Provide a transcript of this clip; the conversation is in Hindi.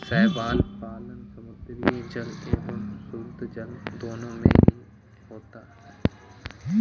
शैवाल पालन समुद्री जल एवं शुद्धजल दोनों में होता है